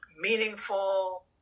meaningful